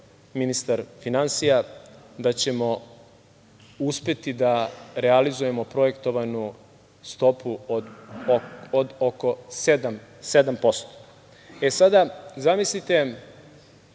ministar finansija, da ćemo uspeti da realizujemo projektovanu stopu od oko 7%.Slažem se